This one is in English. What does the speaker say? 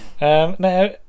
Now